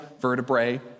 vertebrae